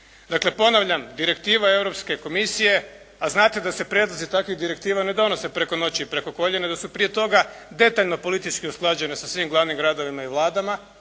Dakle, ponavljam Direktiva Europske komisije, a znate da se prijedlozi takvih direktiva ne donose preko noći i preko koljena da su prije toga detaljno usklađene sa svim glavnim gradovima i vladama,